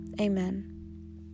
Amen